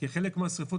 חלק מהשריפות,